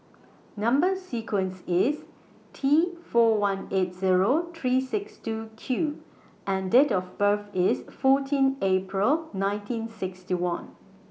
Number sequence IS T four one eight Zero three six two Q and Date of birth IS fourteen April nineteen sixty one